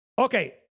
Okay